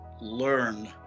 learn